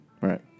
Right